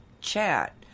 chat